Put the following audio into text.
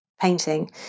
painting